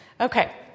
Okay